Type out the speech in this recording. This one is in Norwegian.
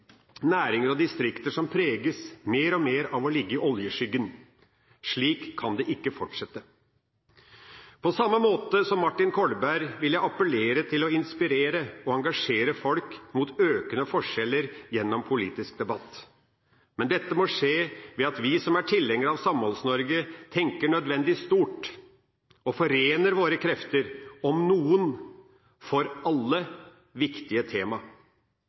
næringer og distrikter som mer og mer preges av å ligge i oljeskyggen. Slik kan det ikke fortsette. På samme måte som Martin Kolberg vil jeg appellere til å inspirere og engasjere folk mot økende forskjeller gjennom politisk debatt. Men dette må skje ved at vi som er tilhengere av Samholds-Norge, tenker nødvendig stort og forener våre krefter om noen tema som er viktige for alle.